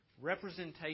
representation